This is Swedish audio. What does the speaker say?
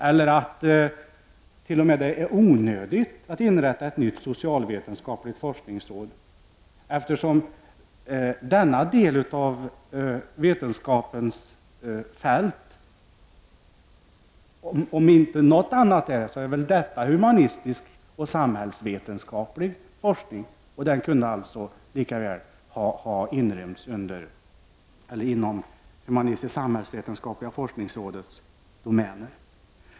Vi tycker t.o.m. att det är onödigt att inrätta ett nytt socialvetenskapligt forskningsråd, eftersom denna del av det vetenskapliga fältet om någon är humanistisk och samhällsvetenskaplig forskning. Det kunde alltså likaväl ha inrymts inom det humanistiskt-samhällsvetenskapligliga forskningsrådets domän.